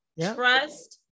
Trust